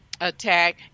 attack